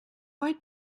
why